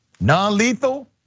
non-lethal